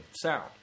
sound